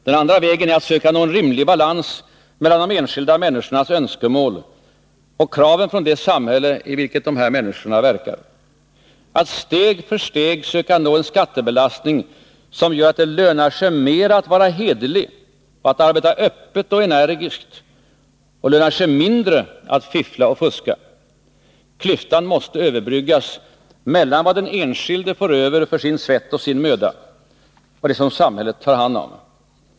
Den andra vägen är att söka nå en rimlig balans mellan de enskilda människornas önskemål och kraven från det samhälle i vilket de verkar, att steg för steg söka nå en skattebelastning som gör att det lönar sig mer att vara hederlig, att arbeta öppet och energiskt och lönar sig mindre att fiffla och fuska. Klyftan måste överbryggas mellan vad den enskilde får över för sin svett och sin möda och det som samhället tar hand om.